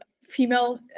female